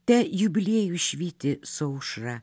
te jubiliejus švyti su aušra